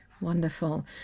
Wonderful